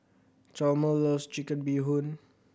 Chalmer loves Chicken Bee Hoon